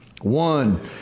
one